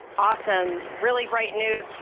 awesome. really great news.